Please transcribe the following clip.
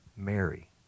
Mary